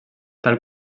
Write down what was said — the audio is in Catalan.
tal